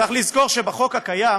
צריך לזכור שבחוק הקיים